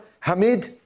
Hamid